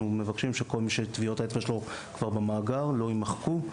מבקשים שכל מי שטביעות האצבע שלו כבר במאגר לא יימחקו,